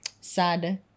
sad